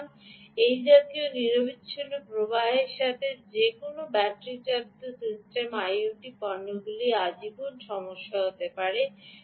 সুতরাং এই জাতীয় নিরবচ্ছিন্ন প্রবাহের সাথে যে কোনও ব্যাটারি চালিত সিস্টেম আইওটি পণ্যগুলির আজীবন সমস্যা হতে পারে